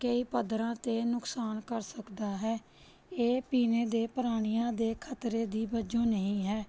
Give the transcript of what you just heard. ਕਈ ਪੱਧਰਾਂ 'ਤੇ ਨੁਕਸਾਨ ਕਰ ਸਕਦਾ ਹੈ ਇਹ ਪੀਣੇ ਦੇ ਪ੍ਰਾਣੀਆਂ ਦੇ ਖਤਰੇ ਦੀ ਵਜੋਂ ਨਹੀਂ ਹੈ